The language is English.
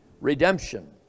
Redemption